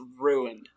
ruined